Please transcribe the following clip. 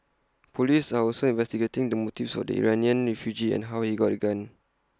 Police are also investigating the motives of the Iranian refugee and how he got A gun